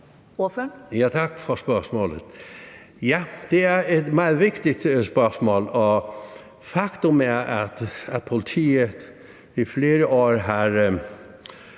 (SP): Tak for spørgsmålet. Ja, det er et meget vigtigt spørgsmål, og faktum er, at politiet i flere år har